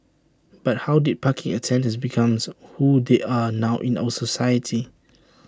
but how did parking attendants becomes who they are now in our society